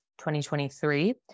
2023